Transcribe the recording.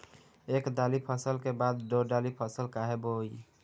एक दाली फसल के बाद दो डाली फसल काहे बोई?